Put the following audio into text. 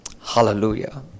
Hallelujah